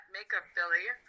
MakeupBilly